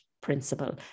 principle